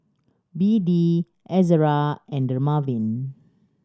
B D Ezerra and Dermaveen